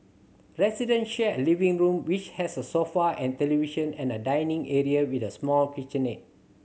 resident share a living room which has a sofa and television and a dining area with a small kitchenette